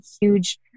huge